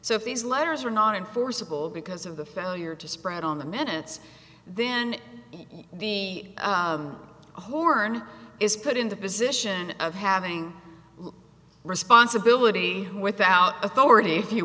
so if these letters are not enforceable because of the failure to spread on the minutes then the horn is put in the position of having responsibility without authority